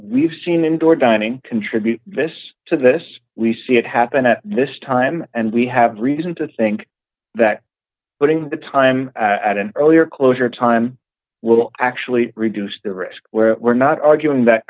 we've seen indoor dining contribute this to this we see it happen at this time and we have reason to think that putting the time at an earlier closure time will actually reduce the risk where we're not arguing that